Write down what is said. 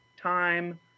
time